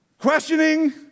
questioning